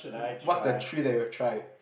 what's the three that you've tried